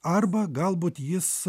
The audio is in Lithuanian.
arba galbūt jis